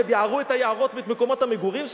וביערו את היערות ואת מקומות המגורים שלהם?